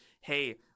hey